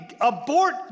abort